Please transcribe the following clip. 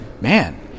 Man